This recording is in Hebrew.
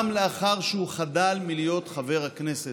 גם לאחר שהוא חדל מלהיות חבר הכנסת.